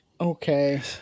okay